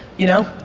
you know?